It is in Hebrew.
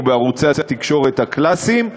או בערוצי התקשורת הקלאסיים,